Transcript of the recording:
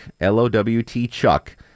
L-O-W-T-Chuck